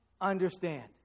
understand